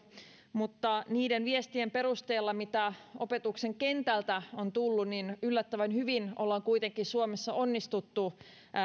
mutta niiden viestien perusteella mitä opetuksen kentältä on tullut yllättävän hyvin ollaan kuitenkin suomessa onnistuttu